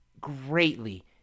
greatly